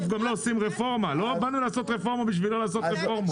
לא באנו לעשות רפורמה בשביל לא לעשות רפורמות.